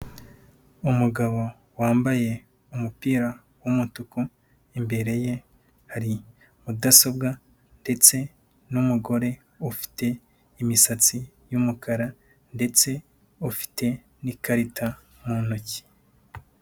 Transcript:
Umugabo wambaye umupira w'umutuku, imbere ye hari mudasobwa ndetse n'umugore ufite imisatsi y'umukara ndetse ufite n'ikarita mu ntoki.